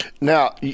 Now